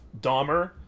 Dahmer